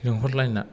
लिंहरलायना